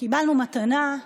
קיבלנו מתנה,